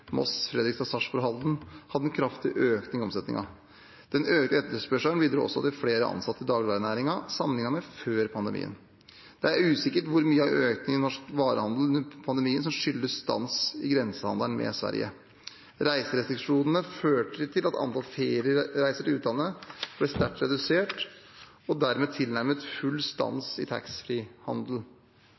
en kraftig økning i omsetningen. Den økte etterspørselen bidro også til flere ansatte i dagligvarenæringen sammenlignet med før pandemien. Det er usikkert hvor mye av økningen i norsk varehandel under pandemien som skyldtes stans i grensehandelen med Sverige. Reiserestriksjonene førte til at antallet feriereiser til utlandet ble sterkt redusert, og dermed til en tilnærmet full stans i